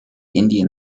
indian